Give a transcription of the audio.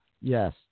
Yes